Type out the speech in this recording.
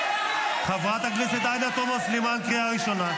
חבר הכנסת טיבי, קריאה ראשונה.